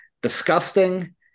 disgusting